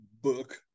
book